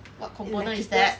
what component is that